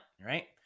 right